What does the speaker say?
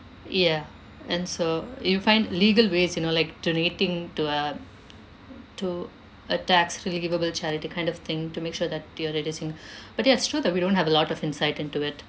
ya and so you find legal ways you know like donating to a to a tax relievable charity kind of thing to make sure that you're reducing but ya it's true that we don't have a lot of insight into it